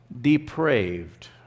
depraved